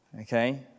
Okay